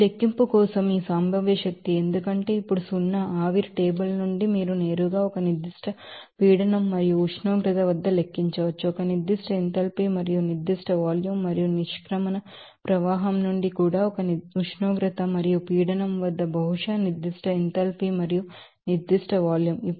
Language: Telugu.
ఈ లెక్కింపు కోసం ఈ పొటెన్షియల్ ఎనెర్జి ఎందుకంటే ఇప్పుడు సున్నా ఆవిరి టేబుల్ నుండి మీరు నేరుగా ఒక సర్టెన్ ప్రెషర్ మరియు ఉష్ణోగ్రత వద్ద లెక్కించవచ్చు ఒక నిర్దిష్ట ఎంథాల్పీ మరియు నిర్దిష్ట వాల్యూం మరియు ఎగ్జిట్ స్ట్రీమ్ నుండి కూడా ఒక నిర్దిష్ట ఉష్ణోగ్రత మరియు ప్రెషర్ వద్ద బహుశా నిర్దిష్ట ఎంథాల్పీ మరియు నిర్దిష్ట వాల్యూమ్